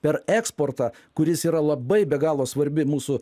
per eksportą kuris yra labai be galo svarbi mūsų